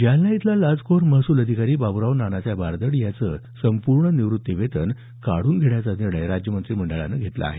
जालना इथला लाचखोर महसूल अधिकारी बाब्राव नानासाहेब आर्दड याचं संपूर्ण सेवानिवृत्तीवेतन काढून घेण्याचा निर्णय राज्य मंत्रिमंडळानं घेतला आहे